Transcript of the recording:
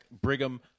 Brigham